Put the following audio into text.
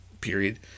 period